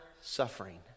suffering